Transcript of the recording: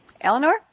Eleanor